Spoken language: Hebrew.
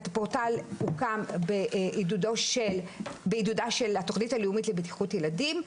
הפורטל הוקם בעידודה של התוכנית הלאומית לבטיחות ילדים,